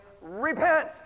repent